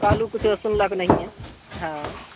कहलू कुछो सुनलक नहिये हँ